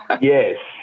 Yes